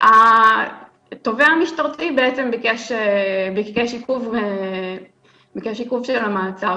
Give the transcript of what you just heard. התובע המשטרתי ביקש עיכוב של המעצר,